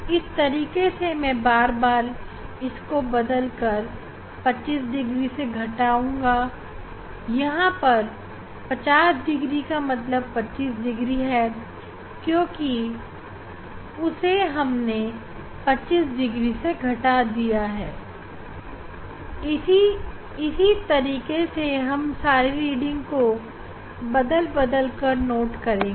इस तरीके से मैं बार बार इसको बदलूँगा और 25 डिग्री से घटा आऊंगा यहां पर 50 डिग्री का मतलब 25 डिग्री है क्योंकि उसे हमने 25 डिग्री से घटा दिया है इसी तरीके से हम सारी रीडिंग को बदल बदल कर नोट करेंगे